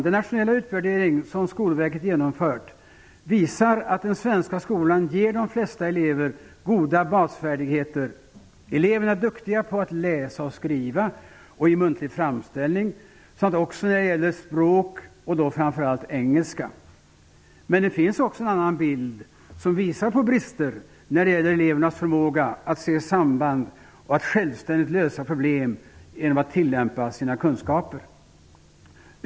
Den nationella utvärdering som Skolverket genomfört visar att den svenska skolan ger de flesta elever goda basfärdigheter. Eleverna är duktiga på att läsa och skriva samt i muntlig framställning. Det gäller också språk, och då framför allt engelska. Men det finns också en annan bild, som visar på brister när det gäller elevernas förmåga att se samband och att självständigt lösa problem genom att tillämpa sina kunskaper.